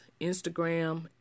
Instagram